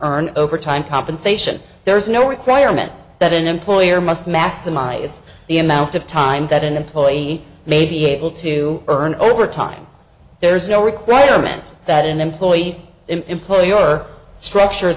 earn overtime compensation there is no requirement that an employer must maximize the amount of time that an employee may be able to earn over time there's no requirement that an employee's employer structure